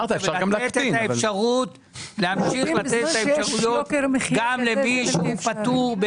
ולהמשיך לתת את האפשרויות גם למי שהוא פטור.